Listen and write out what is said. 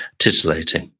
titillating.